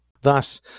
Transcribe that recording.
Thus